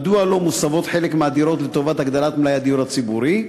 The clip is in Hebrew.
מדוע לא מוסבות חלק מהדירות לטובת הגדלת מלאי הדיור הציבורי?